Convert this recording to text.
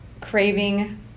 craving